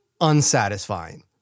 unsatisfying